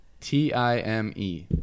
t-i-m-e